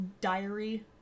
diary